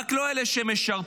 רק לא אלה שמשרתים,